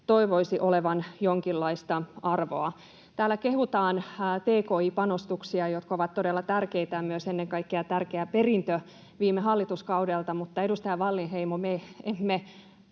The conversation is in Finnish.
toivoisi olevan jonkinlaista arvoa. Täällä kehutaan tki-panostuksia, jotka ovat todella tärkeitä, myös ennen kaikkea tärkeä perintö viime hallituskaudelta, mutta, edustaja Wallinheimo, me emme